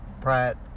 Pratt